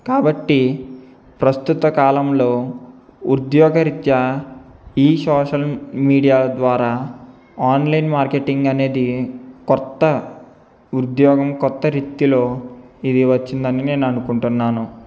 కాబట్టి ప్రస్తుత కాలంలో ఉద్యోగరిత్యా ఈ సోషల్ మీడియా ద్వారా ఆన్లైన్ మార్కెటింగ్ అనేది కొత్త ఉద్యోగం కొత్త రీతిలో ఇది వచ్చిందని నేను అనుకుంటున్నాను